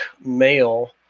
male